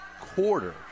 quarter